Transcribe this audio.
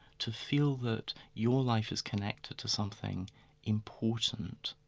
to feel that your life is connected to something important,